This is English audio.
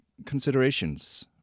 considerations